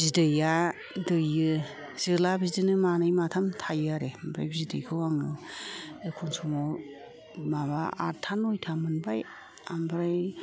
बिदैया दैयो जोला बिदिनो मानै माथाम थायो आरो ओमफ्राय बिदैखौ आङो समाव माबा आदथा नयथा मोनबाय ओमफ्राय